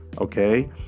okay